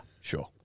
sure